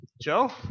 Joe